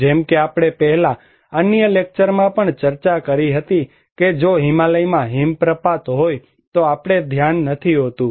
જેમ કે આપણે પહેલા અન્ય લેકચરમાં ચર્ચા કરી હતી કે જો હિમાલયમાં હિમપ્રપાત હોય તો આપણને ધ્યાન નથી હોતું